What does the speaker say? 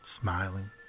smiling